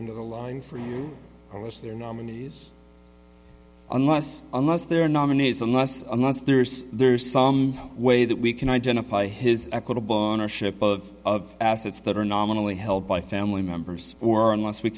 end of the line for you all as their nominees unless unless they're nominees unless unless there's there's some way that we can identify his equitable on our ship of of assets that are nominally held by family members or unless we